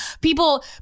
People